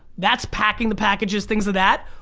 that's packing the packages, things of that,